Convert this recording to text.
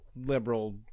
liberal